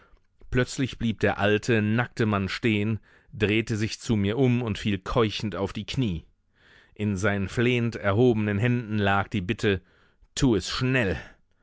plötzlich blieb der alte nackte mann stehn drehte sich zu mir um und fiel keuchend auf die knie in seinen flehend erhobenen händen lag die bitte tu es schnell